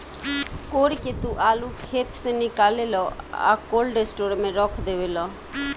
code के तू आलू खेत से निकालेलऽ आ कोल्ड स्टोर में रख डेवेलऽ